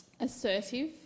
assertive